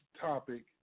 topic